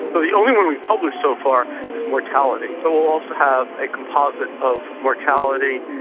the only one we've published so far is mortality. but we'll also have a composite of mortality,